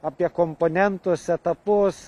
apie komponentus etapus